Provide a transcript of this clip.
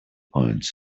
points